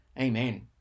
Amen